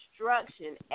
instruction